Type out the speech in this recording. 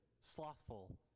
slothful